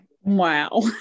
Wow